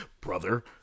brother